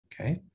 Okay